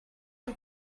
and